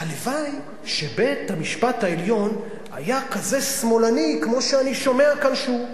הלוואי שבית-המשפט העליון היה כזה שמאלני כמו שאני שומע כאן שהוא.